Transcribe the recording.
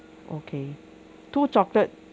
okay two chocolate